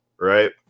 right